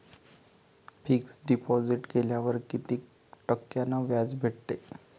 Fix deposit केल्यावर कितीक टक्क्यान व्याज भेटते?